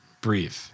breathe